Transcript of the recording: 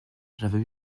j’avais